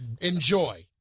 Enjoy